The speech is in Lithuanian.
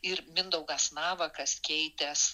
ir mindaugas navakas keitęs